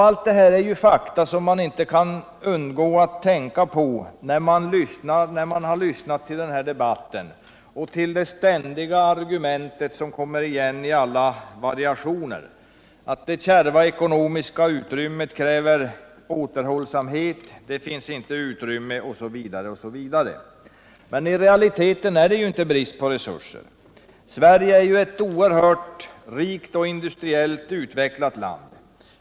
Allt detta är ju fakta som man inte kan undgå att tänka på när man lyssnar på debatten och till det ständiga argumentet, som kommer igen i alla möjliga variationer, att det kärva ekonomiska läget kräver återhållsamhet, att det inte finns samhällsekonomiskt utrymme osv. I realiteten är det ju inte fråga om brist på resurser. Sverige är ett oerhört rikt och industriellt utvecklat land.